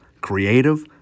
creative